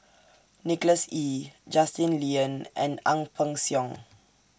Nicholas Ee Justin Lean and Ang Peng Siong